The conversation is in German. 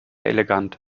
elegant